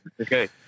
Okay